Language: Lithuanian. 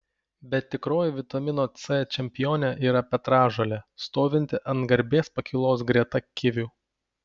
bet tikroji vitamino c čempionė yra petražolė stovinti ant garbės pakylos greta kivių